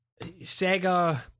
sega